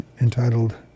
entitled